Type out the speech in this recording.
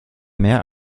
mehr